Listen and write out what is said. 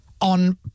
on